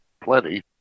plenty